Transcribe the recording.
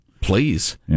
Please